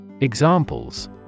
Examples